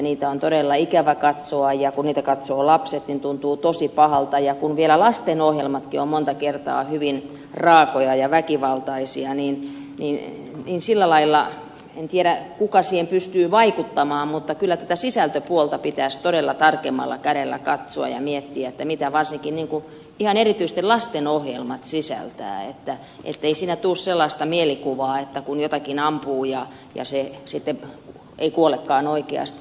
niitä on todella ikävä katsoa ja kun niitä katsovat lapset niin tuntuu tosi pahalta ja kun vielä lastenohjelmatkin ovat monta kertaa hyvin raakoja ja väkivaltaisia niin sillä lailla en tiedä kuka siihen pystyy vaikuttamaan kyllä tätä sisältöpuolta pitäisi todella tarkemmalla kädellä katsoa ja miettiä mitä varsinkin ihan erityisesti lastenohjelmat sisältävät ettei siinä tule sellaista mielikuvaa että kun jotakin ampuu niin hän sitten ei kuolekaan oikeasti